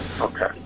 Okay